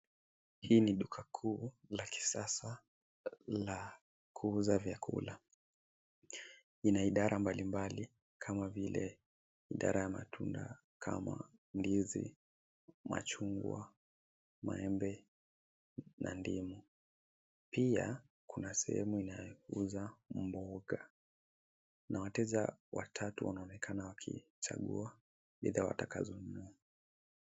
Hii ni duka kuu la kisasa la kuuza vyakula. Ina idara mbalimbali kama vile idara ya matunda kama ndizi, machungwa, maembe na ndimu. Pia kuna sehemu inayouza mboga na wateja watatu wanaonekana wakichagua bidhaa watakazo nunua.